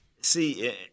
See